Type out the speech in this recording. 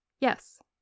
Yes